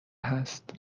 هست